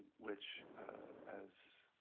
which as